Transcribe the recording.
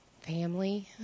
family